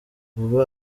vuba